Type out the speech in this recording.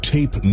Tape